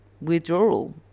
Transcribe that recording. withdrawal